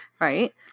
right